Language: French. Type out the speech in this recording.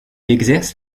exerce